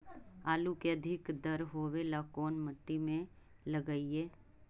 आलू के अधिक दर होवे ला कोन मट्टी में लगीईऐ?